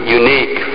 unique